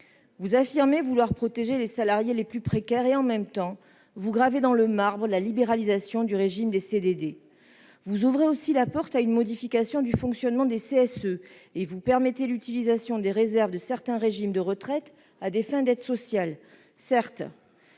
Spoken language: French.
Vous affirmez vouloir protéger les salariés les plus précaires et, dans le même temps, vous gravez dans le marbre la libéralisation du régime des CDD. Vous ouvrez aussi la porte à une modification du fonctionnement des comités sociaux et économiques (CSE) et vous permettez l'utilisation des réserves de certains régimes de retraite à des fins d'aides sociales. Certes,